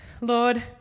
Lord